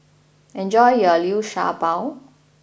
enjoy your Liu Sha Bao